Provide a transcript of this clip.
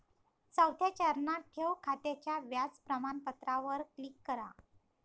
चौथ्या चरणात, ठेव खात्याच्या व्याज प्रमाणपत्रावर क्लिक करा